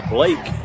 Blake